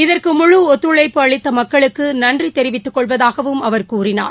இதற்கு முழு ஒத்துழைப்பு அளித்த மக்களுக்கு நன்றி தெரிவித்துக் கொள்வதாகவும் அவர் கூறினார்